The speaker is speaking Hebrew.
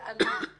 זה עלוב,